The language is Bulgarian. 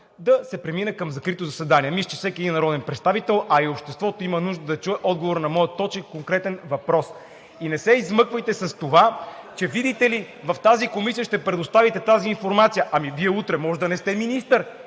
да се премине към закрито заседание. Мисля, че всеки един народен представител, а и обществото има нужда да чуе отговора на моя точен и конкретен въпрос. И не се измъквайте с това, че, видите ли, в тази комисия ще предоставите тази информация. Ами Вие утре може да не сте министър